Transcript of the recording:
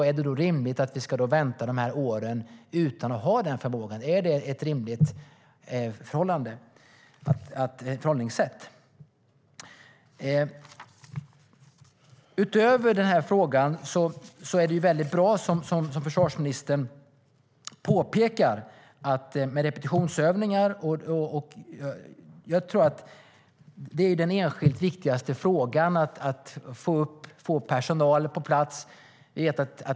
Är det då rimligt att vi ska vänta de här åren utan att ha den förmågan? Är det ett rimligt förhållningssätt? Utöver den frågan är det väldigt bra att försvarsministern påpekar detta med repetitionsövningar. Det är den enskilt viktigaste frågan att få personal på plats.